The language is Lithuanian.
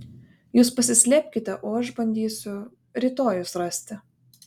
jūs pasislėpkite o aš bandysiu rytoj jus rasti